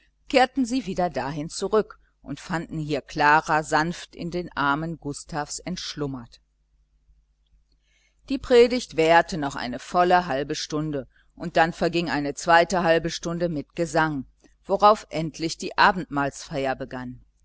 kehrten sie wieder dahin zurück und fanden hier klara sanft in den armen gustavs entschlummert die predigt währte noch eine volle halbe stunde und dann verging eine zweite halbe stunde mit gesang worauf endlich die abendmahlsfeier begann